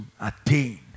attain